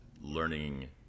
learning